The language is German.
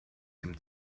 dem